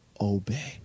Obey